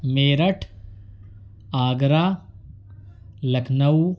Meerut Agra Lucknow